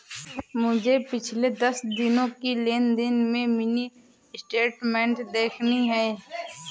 मुझे पिछले दस दिनों की लेन देन की मिनी स्टेटमेंट देखनी है